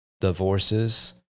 divorces